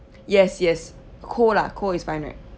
yes yes cold lah cold is fine right